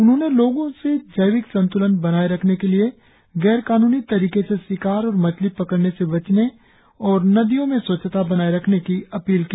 उन्होंने लोगो से जैविक संत्लन बनाए रखने के लिए गैरकानूनी तरीके से शिकार और मछली पकड़ने से बचने और नदियों में स्वच्छता बनाए रखने की अपील की